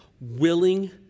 willing